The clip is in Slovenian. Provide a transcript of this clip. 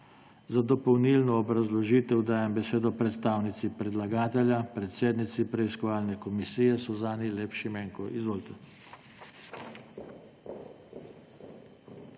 Za dopolnilno obrazložitev dajem besedo predstavnici predlagatelja, predsednici preiskovalne komisije mag. Karmen Furman. Izvolite.